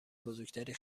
بزرگتری